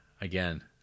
again